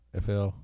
FL